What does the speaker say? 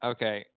Okay